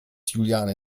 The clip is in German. juliane